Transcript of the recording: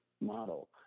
model